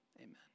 amen